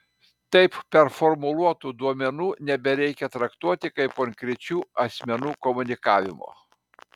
taip performuluotų duomenų nebereikia traktuoti kaip konkrečių asmenų komunikavimo